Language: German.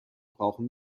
brauchen